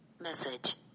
message